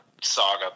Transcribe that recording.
saga